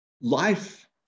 life